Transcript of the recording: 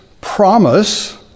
promise